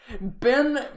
Ben